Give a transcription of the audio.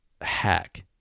hack